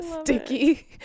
Sticky